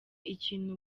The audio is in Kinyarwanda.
ikintu